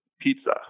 pizza